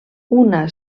una